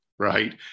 right